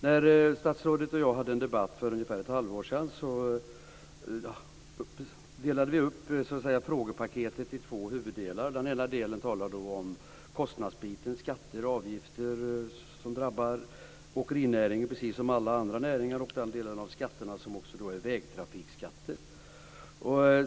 När statsrådet och jag hade en debatt för ungefär ett halvår sedan delade vi upp frågepaketet i två huvuddelar. Den ena delen gällde kostnaderna, skatter och avgifter som drabbar åkerinäringen precis som alla andra näringar och den del av skatterna som är vägtrafikskatter.